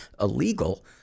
illegal